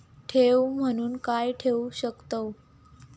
ठेव म्हणून काय ठेवू शकताव?